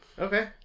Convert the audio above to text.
Okay